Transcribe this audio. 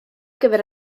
gyfer